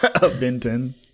Benton